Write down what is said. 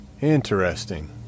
Interesting